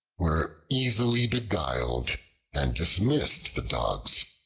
were easily beguiled and dismissed the dogs,